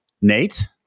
Nate